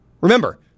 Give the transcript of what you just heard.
Remember